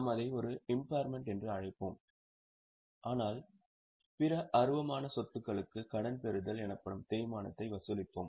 நாம் அதை ஒரு இம்பார்மென்ட் என்று அழைப்போம் ஆனால் பிற அருவமான சொத்துக்களுக்கு கடன் பெறுதல் எனப்படும் தேய்மானத்தை வசூலிப்போம்